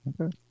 Okay